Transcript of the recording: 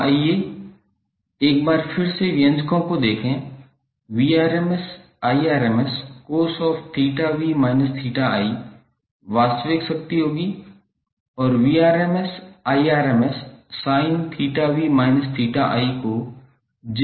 तो आइए एक बार फिर से व्यंजकों को देखें वास्तविक शक्ति होगी और को jQ के रूप में लिखा जाएगा